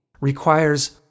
requires